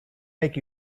make